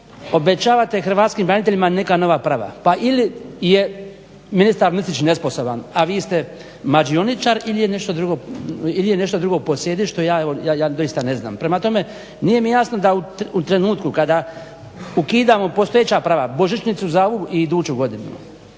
obećavate hrvatskim braniteljima neka nova prava. Pa ili je ministar Mrsić nesposoban, a vi ste mađioničar ili je nešto drugo posrijedi što ja evo doista ne znam. Prema tome, nije mi jasno da u trenutku kada ukidamo postojeća prava, božićnicu za ovu i iduću godinu